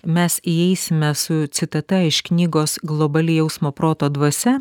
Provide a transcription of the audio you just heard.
mes įeisime su citata iš knygos globali jausmo proto dvasia